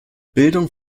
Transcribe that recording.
bildung